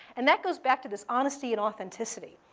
and that goes back to this honesty and authenticity.